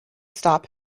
stop